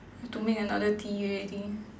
have to make another tea already